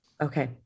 Okay